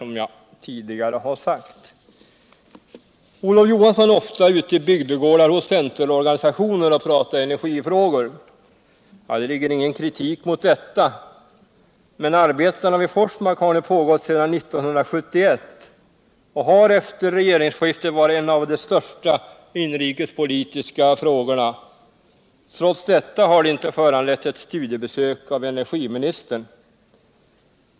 som jag tidigare sagt. Olof Johansson är ofta ute i bygdegårdar hos centerorganisationer och pratar energifrågor. Det ligger i vad jag säger ingen kritik mot deua. Men arbetena vid Forsmark har nu pågått sedan 1971, och de har efter regoringsskiltet varit en av de största inrikespolitiska frågorna. Trots detta har de inte föranlett ett studiebesök av energiministern.